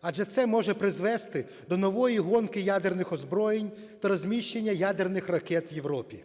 Адже це може призвести до нової гонки ядерних озброєнь та розміщення ядерних ракет в Європі.